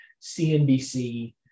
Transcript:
CNBC